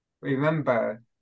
remember